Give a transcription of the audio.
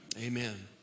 Amen